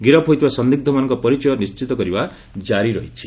ଗିରଫ ହୋଇଥିବା ସନ୍ଦିଗ୍ରମାନଙ୍କ ପରିଚୟ ନିଶ୍ଚିତ କରିବା ଜାରି ରହିଛି